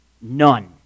None